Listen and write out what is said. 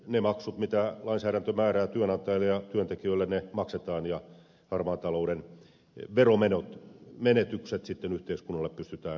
ne maksut jotka lainsäädäntö määrää työnantajalle ja työntekijöille maksetaan ja harmaan talouden veromenot menetykset yhteiskunnalle pystytään sitten minimoimaan